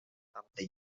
ande